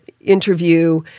interview